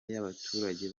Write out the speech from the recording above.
y’abaturage